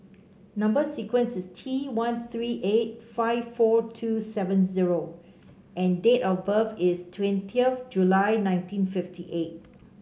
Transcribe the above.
number sequence is T one three eight five four two seven O and date of birth is twenty of July nineteen fifty eight